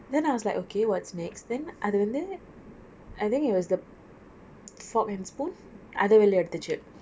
then I was like okay what's next then அது வந்து:athu vanthu I think it was the fork and spoon அது வெளியே எடுதுச்சு:athu veliye eduthuchu